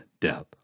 death